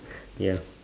ya